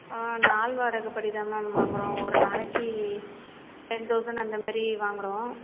நாள் வாடகைப்படி தான் மேம் வாங்குறோம் ஒரு நாளைக்கு டென் தௌசண்ட் அந்த மாரி வாங்குறோம்